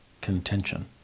contention